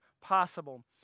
possible